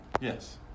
Yes